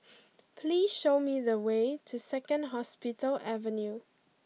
please show me the way to Second Hospital Avenue